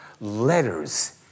letters